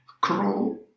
crawl